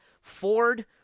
ford